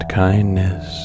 kindness